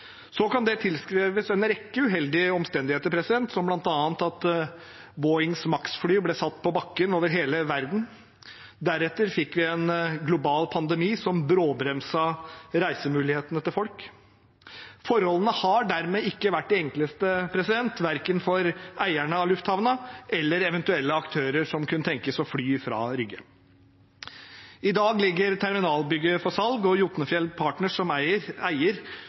Så kan det tilskrives en rekke uheldige omstendigheter, som bl.a. at Boeings MAX-fly ble satt på bakken over hele verden. Deretter fikk vi en global pandemi, som bråbremset reisemulighetene til folk. Forholdene har dermed ikke vært de enkleste, verken for eierne av lufthavnen eller for eventuelle aktører som kunne tenkes å fly fra Rygge. I dag ligger terminalbygget for salg, og Jotunfjell Partners som eier,